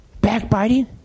backbiting